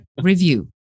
review